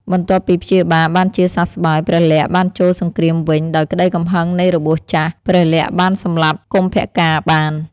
បន្ទាប់ពីព្យាបាលបានជាសះស្បើយ ព្រះលក្សណ៍បានចូលសង្គ្រាមវិញ ដោយក្តីកំហឹងនៃរបួសចាស់ ព្រះលក្សណ៍បានសម្លាប់កុម្ភកាណ៍បាន។